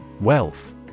Wealth